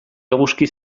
eguzki